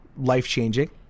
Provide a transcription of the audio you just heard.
life-changing